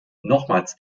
nochmals